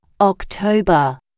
October